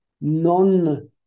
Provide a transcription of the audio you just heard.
non